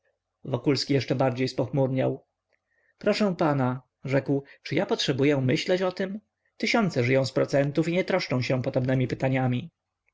jacy wokulski jeszcze bardziej spochmurniał proszę pana rzekł czy ja potrzebuję myśleć o tem tysiące żyją z procentów i nie troszczą się podobnemi pytaniami